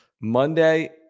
Monday